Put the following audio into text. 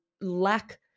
lack